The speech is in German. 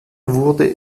wurde